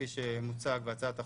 כפי שמוצע בהצעת החוק,